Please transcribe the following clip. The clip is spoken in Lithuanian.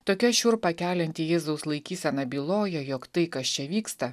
tokia šiurpą kelianti jėzaus laikysena bylojo jog tai kas čia vyksta